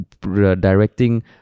directing